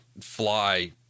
fly